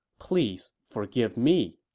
please forgive me.